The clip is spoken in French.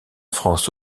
france